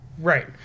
Right